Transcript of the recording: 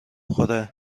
بخوره